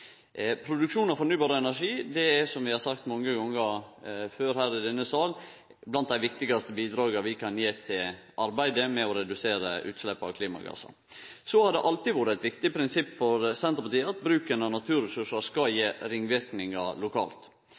Produksjon av fornybar energi er – som vi har sagt mange gonger før i denne salen – blant dei viktigaste bidraga vi kan gje til arbeidet med å redusere utslepp av klimagassar. Det har alltid vore eit viktig prinsipp for Senterpartiet at bruken av naturressursar skal gje ringverknader lokalt.